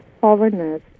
foreigners